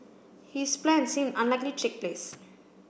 his plans seem unlikely take place